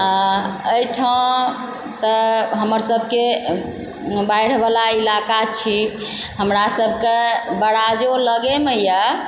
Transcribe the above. आओर एहिठाम तऽ हमर सबके बाढ़िवला इलाका छी हमरा सभके बराजो लगेमे यऽ